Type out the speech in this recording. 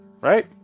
Right